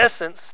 essence